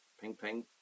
ping-ping